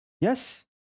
Yes